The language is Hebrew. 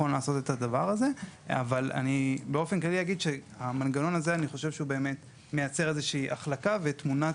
אני אגיד שאני חושב שהמנגנון הזה מייצר איזו שהיא החלקה ותמונת